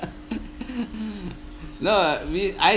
no uh we I